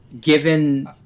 given